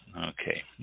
Okay